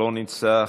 לא נמצא,